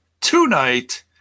tonight